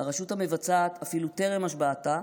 הרשות המבצעת, אפילו טרם השבעתה,